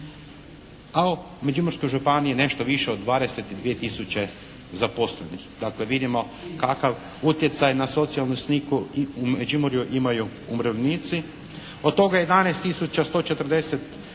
A u Međimurskoj županiji nešto više od 22 tisuće zaposlenih. Dakle, vidimo kakav utjecaj na socijalnu sliku u Međimurju imaju umirovljenici. Od toga 11